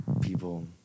people